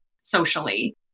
socially